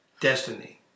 Destiny